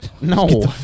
No